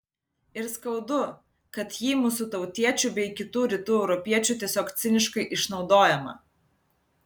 ir skaudu kai ji mūsų tautiečių bei kitų rytų europiečių tiesiog ciniškai išnaudojama